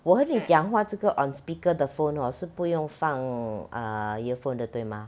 我和你讲话这个 on speaker 的 phone hor 是不用放 uh earphone 的对吗